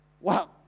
Wow